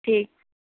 ٹھیک